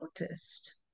noticed